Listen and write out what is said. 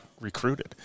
recruited